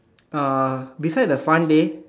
uh beside the fun day